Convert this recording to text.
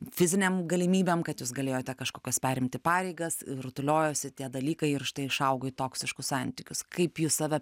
fizinėm galimybėm kad jūs galėjote kažkokias perimti pareigas ir rutuliojosi tie dalykai ir štai išaugo į toksiškus santykius kaip jūs save